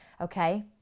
okay